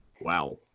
Wow